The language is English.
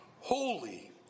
holy